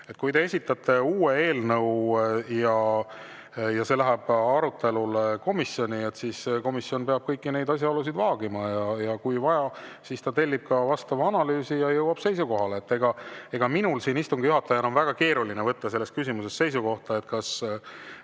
Kui te esitate uue eelnõu ja see läheb arutelule komisjoni, siis komisjon peab kõiki asjaolusid vaagima ja kui vaja, siis ta tellib ka analüüsi ja jõuab seisukohale. Minul on istungi juhatajana väga keeruline võtta seisukohta, kas